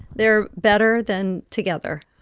they're better than together.